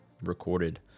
recorded